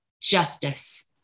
justice